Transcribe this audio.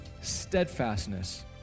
steadfastness